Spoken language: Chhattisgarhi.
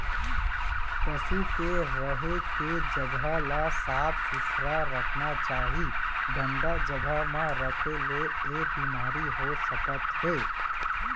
पसु के रहें के जघा ल साफ सुथरा रखना चाही, गंदा जघा म राखे ले ऐ बेमारी हो सकत हे